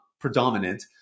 predominant